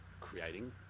creating